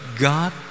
God